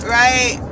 right